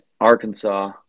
Arkansas